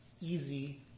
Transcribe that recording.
easy